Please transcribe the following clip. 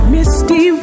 Misty